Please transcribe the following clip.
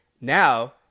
Now